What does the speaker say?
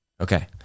Okay